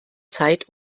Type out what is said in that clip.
zeit